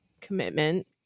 commitment